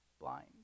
blind